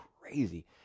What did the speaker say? crazy